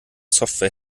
software